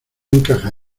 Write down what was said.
encajan